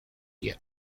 area